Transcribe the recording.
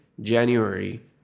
January